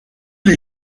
les